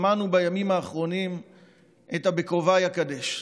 שמענו בימים האחרונים את "בקרבי אקדש".